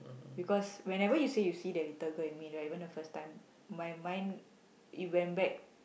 because whenever you say you see the little girl in me right even the first time my mind it went back